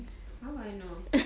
how would I know